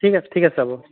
ঠিক আছে ঠিক আছে হ'ব